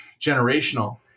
generational